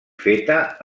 feta